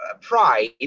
pride